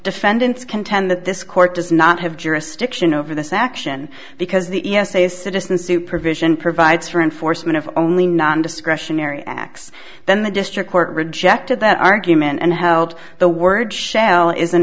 defendants contend that this court does not have jurisdiction over this action because the e s a citizen supervision provides for enforcement of only non discretionary acts then the district court rejected that argument and held the word shell is